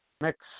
Next